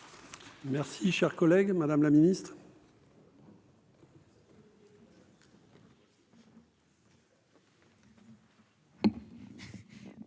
Merci, cher collègue, Madame la Ministre.